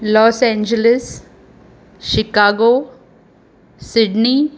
Los Angeles Chicago Sydney